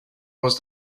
was